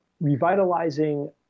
revitalizing